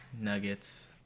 nuggets